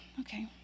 Okay